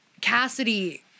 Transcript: Cassidy